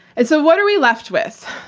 and so, what are we left with?